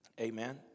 Amen